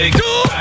two